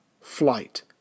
flight